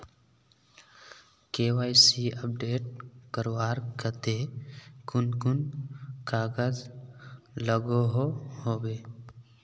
KYC update करवार केते कुन कुन कागज लागोहो होबे?